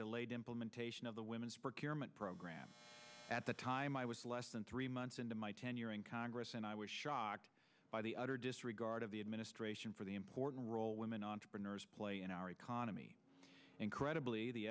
delayed implementation of the women's procurement program at the time i was less than three months into my tenure in congress and i was shocked by the utter disregard of the administration for the important role women entrepreneurs play in our economy incredibly the